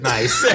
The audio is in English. Nice